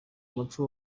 umuco